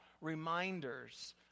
reminders